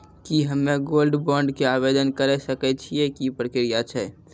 की हम्मय gold bond के आवदेन करे सकय छियै, की प्रक्रिया छै?